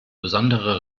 besondere